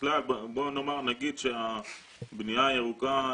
שבכלל בוא נגיד שהבנייה הירוקה,